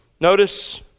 Notice